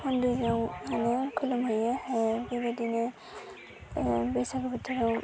मन्दिराव मा होनो खुलुमहैयो बेबायदिनो बैसागु बोथोराव